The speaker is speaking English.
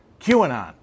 QAnon